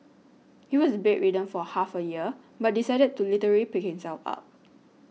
he was bedridden for half a year but decided to literally pick himself up